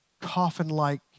coffin-like